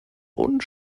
und